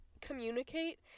communicate